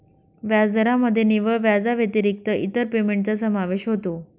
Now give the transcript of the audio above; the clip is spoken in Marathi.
व्याजदरामध्ये निव्वळ व्याजाव्यतिरिक्त इतर पेमेंटचा समावेश होतो